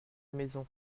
maison